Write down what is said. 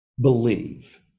believe